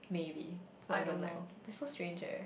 maybe not even like oh that's so strange eh